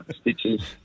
stitches